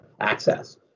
access